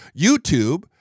YouTube